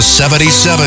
77